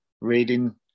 Reading